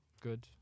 good